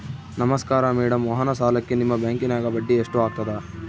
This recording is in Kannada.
ನಮಸ್ಕಾರ ಮೇಡಂ ವಾಹನ ಸಾಲಕ್ಕೆ ನಿಮ್ಮ ಬ್ಯಾಂಕಿನ್ಯಾಗ ಬಡ್ಡಿ ಎಷ್ಟು ಆಗ್ತದ?